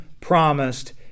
promised